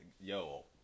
Yo